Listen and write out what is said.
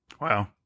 Wow